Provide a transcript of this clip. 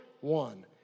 one